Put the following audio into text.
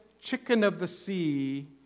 chicken-of-the-sea